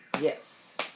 yes